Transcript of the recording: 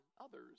others